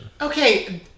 Okay